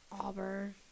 Auburn